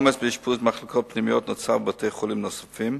העומס באשפוז במחלקות הפנימיות נוצר בבתי-חולים נוספים,